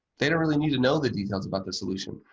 they don't really need to know the details about the solution.